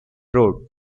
road